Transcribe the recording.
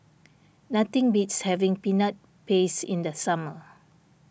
nothing beats having Peanut Paste in the summer